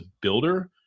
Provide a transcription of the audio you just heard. builder